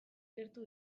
gertu